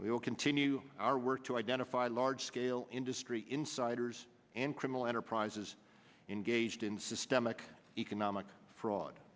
will continue our work to identify large scale industry insiders and criminal enterprises engaged in systemic economic